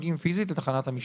הכנסת.